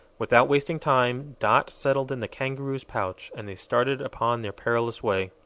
without wasting time, dot settled in the kangaroo's pouch, and they started upon their perilous way.